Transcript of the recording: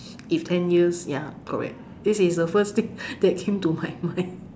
if ten years ya correct this is the first thing that came to my mind